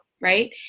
Right